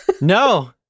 No